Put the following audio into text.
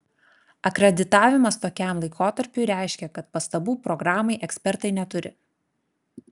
akreditavimas tokiam laikotarpiui reiškia kad pastabų programai ekspertai neturi